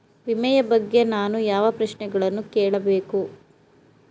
ವಿಮೆಯ ಬಗ್ಗೆ ನಾನು ಯಾವ ಪ್ರಶ್ನೆಗಳನ್ನು ಕೇಳಬೇಕು?